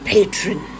Patron